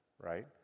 right